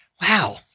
Wow